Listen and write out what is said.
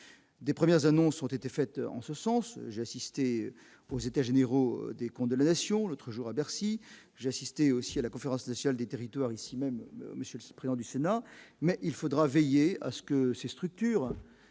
des premières annonces ont été faites en ce sens, j'ai assisté aux états généraux des comptes de la nation, l'autre jour à Bercy, j'ai assisté aussi à la conférence nationale des territoires ici même monsieur présent du Sénat mais il faudra veiller à ce que ces structures